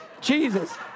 Jesus